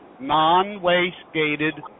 non-waste-gated